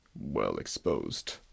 well-exposed